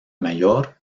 mayor